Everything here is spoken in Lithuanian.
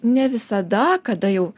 ne visada kada jau